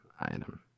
item